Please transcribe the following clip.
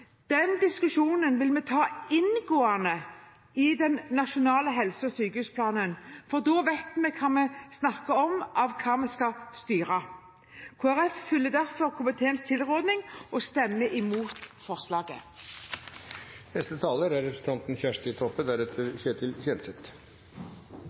Den diskusjonen vil vi ta inngående i den nasjonale helse- og sykehusplanen, for da vet vi hva vi snakker om, og hva vi skal styre. Kristelig Folkeparti følger derfor komiteens tilråding og stemmer imot forslaget.